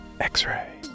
X-ray